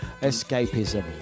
escapism